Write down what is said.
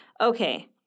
okay